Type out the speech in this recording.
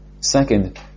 Second